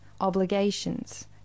obligations